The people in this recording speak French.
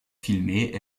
filmer